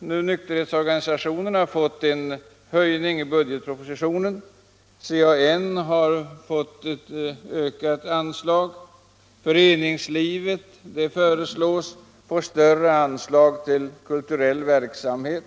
nykterhetsorganisationerna har fått en höjning i budgetpropositionen. CAN har fått ökat anslag och föreningslivet föreslås få större anslag till kulturell verksamhet.